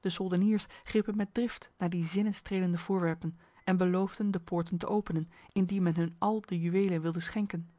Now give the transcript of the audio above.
de soldeniers grepen met drift naar die zinnenstrelende voorwerpenpen beloofden de poorten te openen indien men hun al de juwelen wilde schenken